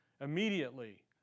immediately